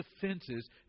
defenses